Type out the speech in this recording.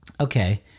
Okay